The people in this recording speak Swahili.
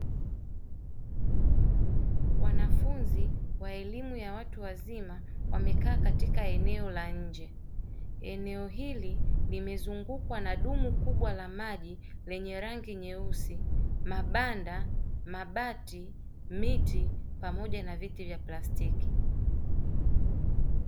Wanafunzi, wa elimu ya watu wazima, wamekaa katika eneo la nje. Eneo hili limezungukwa na dumu kubwa la maji lenye: rangi nyeusi, mabanda, mabati, miti, pamoja na viti vya plastiki.